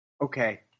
Okay